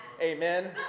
Amen